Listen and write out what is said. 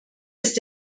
ist